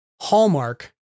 Hallmark